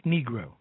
Negro